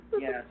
Yes